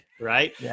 right